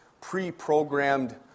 pre-programmed